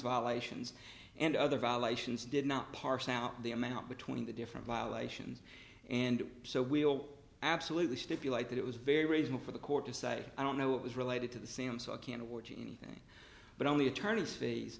violations and other violations did not parse out the amount between the different violations and so we'll absolutely stipulate that it was very brazen for the court decided i don't know it was related to the same so i can't award anything but only attorneys fees